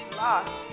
lost